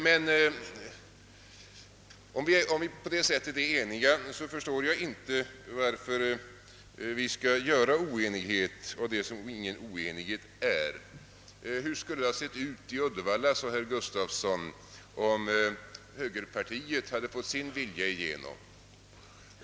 Men om vi på det sättet är eniga förstår jag inte varför vi skall låtsas oenighet där ingen oenighet finns. Hur skulle det ha sett ut i Uddevalla, sade herr Gustafsson i Uddevalla, om högerpartiet hade fått sin vilja igenom?